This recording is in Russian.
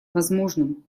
возможным